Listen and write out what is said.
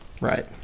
Right